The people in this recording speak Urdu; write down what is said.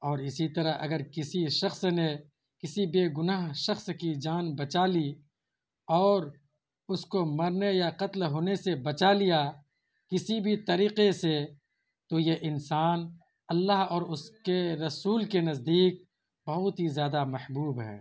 اور اسی طرح اگر کسی شخص نے کسی بے گناہ شخص کی جان بچا لی اور اس کو مرنے یا قتل ہونے سے بچا لیا کسی بھی طریقے سے تو یہ انسان اللہ اور اس کے رسول کے نزدیک بہت ہی زیادہ محبوب ہے